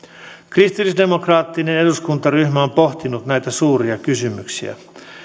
kristillisdemokraattinen eduskuntaryhmä on pohtinut näitä suuria kysymyksiä